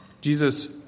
Jesus